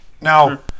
Now